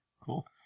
Cool